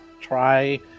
Try